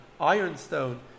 Ironstone